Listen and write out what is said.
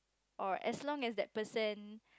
or as long as that person